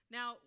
Now